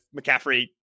McCaffrey